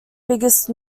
biggest